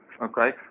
Okay